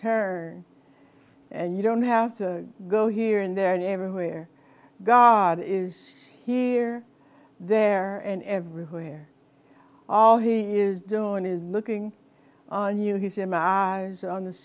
turn and you don't have to go here and there and everywhere god is here there and everywhere all he is doing is looking on you he's in my eyes on